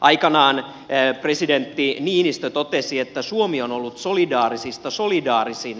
aikanaan presidentti niinistö totesi että suomi on ollut solidaarisista solidaarisin